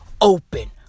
open